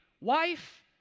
Wife